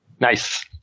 Nice